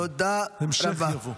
המשך יבוא.